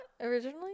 originally